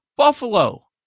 Buffalo